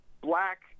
black